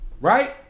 right